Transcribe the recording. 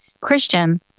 Christian